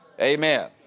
Amen